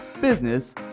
business